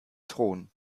thron